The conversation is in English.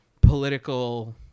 political